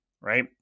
right